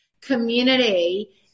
community